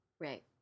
Right